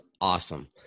awesome